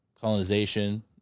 colonization